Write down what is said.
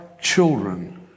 children